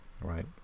right